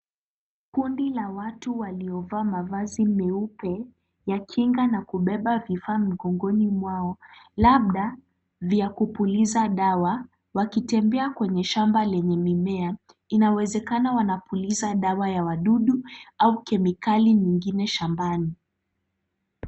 Kundi la watu waliovaa mavazi meupe ya kinga na kubeba vifaa mgongoni mwao, labda vya kupuliza dawa wakitembea kwenye shamba lenye mimea. Inawezekana wanapuliza dawa ya wadudu au kemikali nyingine shambani.